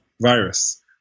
virus